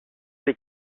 des